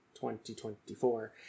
2024